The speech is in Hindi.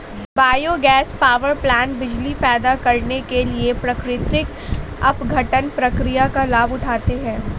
बायोगैस पावरप्लांट बिजली पैदा करने के लिए प्राकृतिक अपघटन प्रक्रिया का लाभ उठाते हैं